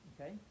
Okay